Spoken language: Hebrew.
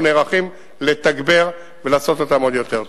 אנחנו נערכים לתגבר ולעשות אותם עוד יותר טוב.